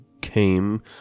came